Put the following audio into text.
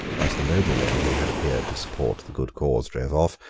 as the noblemen who had appeared to support the good cause drove off,